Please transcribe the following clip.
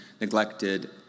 neglected